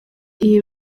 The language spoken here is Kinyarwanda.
iyi